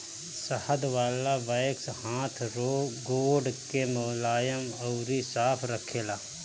शहद वाला वैक्स हाथ गोड़ के मुलायम अउरी साफ़ रखेला